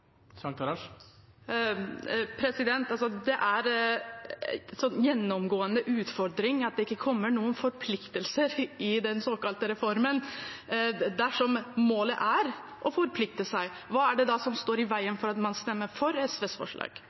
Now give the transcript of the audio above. Det er en gjennomgående utfordring at det ikke kommer noen forpliktelser i den såkalte reformen. Dersom målet er å forplikte seg, hva står da i veien for at man kan stemme for SVs forslag?